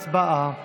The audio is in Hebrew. הצבעה.